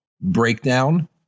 breakdown